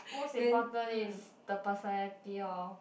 most important is the personality lor